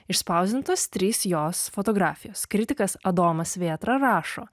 išspausdintos trys jos fotografijos kritikas adomas vėtra rašo